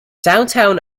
downtown